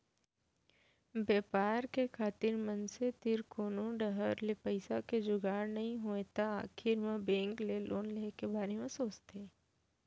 बेपार करे खातिर मनसे तीर कोनो डाहर ले पइसा के जुगाड़ नइ होय तै आखिर मे बेंक ले लोन ले के बारे म सोचथें